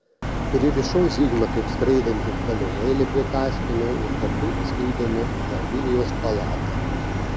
pririšau zigmą kaip skraidantį balionėlį prie kaspino ir kartu įskridome į emilijos palatą